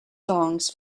songs